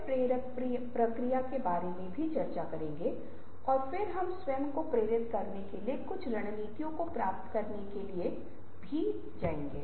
दूसरा हम कार्य स्थल मे नवीनीकरण के बारे में चर्चा करेंगे और तीसरा हम तकनीकों या विचार पीढ़ी के बारे में उल्लेख करेंगे